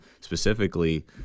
specifically